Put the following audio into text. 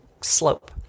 slope